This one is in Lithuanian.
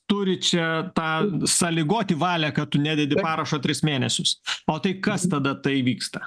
turi čia tą sąlygoti valią kad tu nededi parašo tris mėnesius o tai kas tada tai vyksta